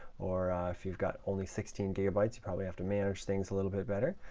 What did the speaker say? or if you've got only sixteen gigabytes, you probably have to manage things a little bit better.